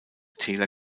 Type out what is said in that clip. täler